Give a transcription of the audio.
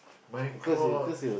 my-God